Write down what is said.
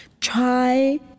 try